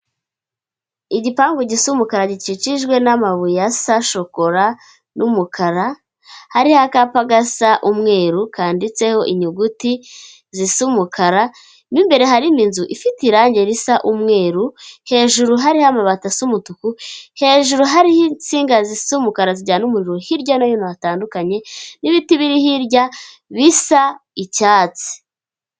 Igipangu gisa umukara, gikikijwe n'amabuye asa shokora n'umukara, hari akapa gasa umweru, kandiditseho inyuguti zisa umukara, mu imbere harimo inzu ifite irangi risa umweru, hejuru hari amabati asa umutuku, hejuru hariho insinga zisa umukara, zijyana umuriro hirya no hino hatandukanye, n'ibiti biri hirya bisa icyatsi.